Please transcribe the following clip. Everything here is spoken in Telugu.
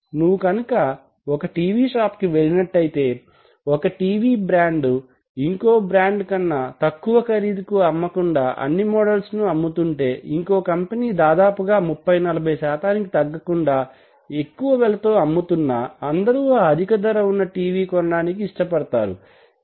నువ్వు కనుక ఒక టివి షాప్ కి వెళ్ళినట్లైతే ఒక టివి బ్రాండు ఇంకో బ్రాండు కన్నా తక్కువ ఖరీదుకు అమ్మకుండా అన్నీ మోడెల్స్ ను అమ్ముతుంటే ఇంకో కంపెనీ దాదాపుగా ముప్పై నలభైశాతానికి తగ్గకుండా ఎక్కువ వెలతో అమ్ముతున్నా అందరూ ఆ అధిక ధర ఉన్న టివి కొనడానికే ఇష్టపడతారు ఎందుకు